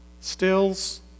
Stills